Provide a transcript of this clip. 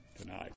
tonight